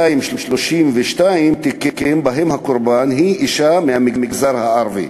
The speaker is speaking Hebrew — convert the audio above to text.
ו-2,232 תיקים שבהם הקורבן היא אישה מהמגזר הערבי.